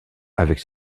avec